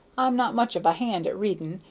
i'm not much of a hand at reading,